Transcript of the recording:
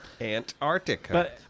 Antarctica